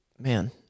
man